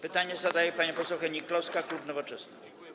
Pytanie zadaje pani poseł Hennig-Kloska, klub Nowoczesna.